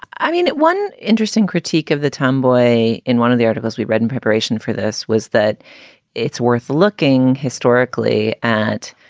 i mean, one interesting critique of the tom delay in one of the articles we read in preparation for this was that it's worth looking historically at